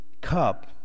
cup